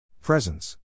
Presence